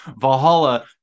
Valhalla